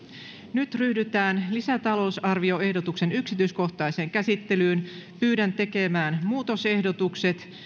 nyt ryhdytään lisätalousarvioehdotuksen yksityiskohtaiseen käsittelyyn pyydän tekemään muutosehdotukset